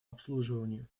обслуживанию